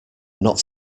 not